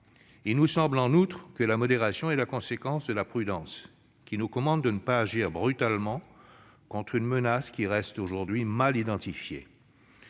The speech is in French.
Il nous semble en outre que la modération est la conséquence de la prudence, qui nous commande de ne pas agir brutalement contre une menace qui reste aujourd'hui mal identifiée.